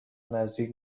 نزدیک